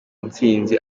ntsinzi